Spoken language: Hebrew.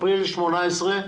אפריל 18'